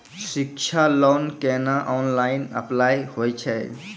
शिक्षा लोन केना online apply होय छै?